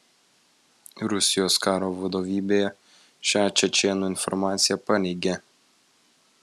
rusijos karo vadovybė šią čečėnų informaciją paneigė